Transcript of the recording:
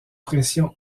pression